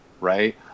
right